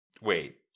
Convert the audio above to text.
Wait